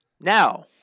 now